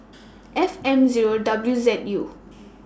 F M Zero W Z U